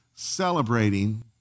celebrating